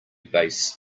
base